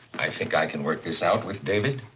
i think i can work this out with david.